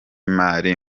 mari